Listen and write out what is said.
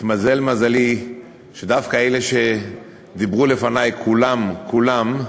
התמזל מזלי שדווקא אלה שדיברו לפני, כולם כולם,